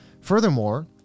Furthermore